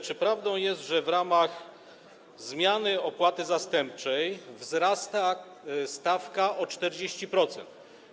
Czy prawdą jest, że w ramach zmiany opłaty zastępczej wzrasta stawka o 40%?